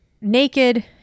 naked